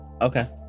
okay